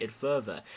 further